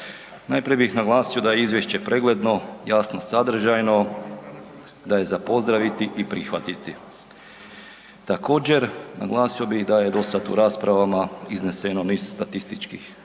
Najprije bih naglasio da je izvješće pregledno, jasno sadržajno da je za pozdraviti i prihvatiti. Također naglasio bih da je u do sada u raspravama izneseno niz statističkih pokazatelja,